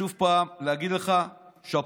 עוד פעם, ולהגיד לך שאפו.